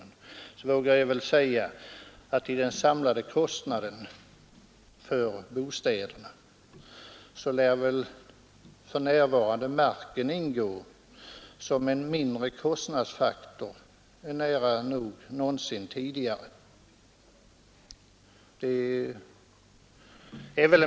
Jag tror jag vågar säga att markkostnaderna utgör en mindre del av de samlade kostnaderna för bostäderna än någonsin tidigare.